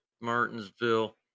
Martinsville